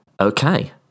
Okay